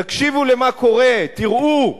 תקשיבו מה קורה, תראו.